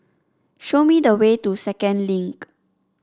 show me the way to Second Link